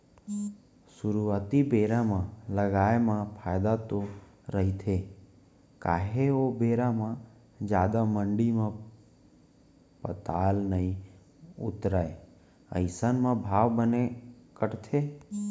सुरुवाती बेरा म लगाए म फायदा तो रहिथे काहे ओ बेरा म जादा मंडी म पताल नइ उतरय अइसन म भाव बने कटथे